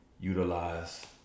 utilize